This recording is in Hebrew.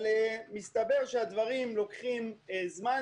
אבל מסתבר שהדברים לוקחים זמן,